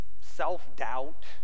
self-doubt